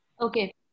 Okay